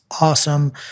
awesome